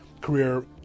career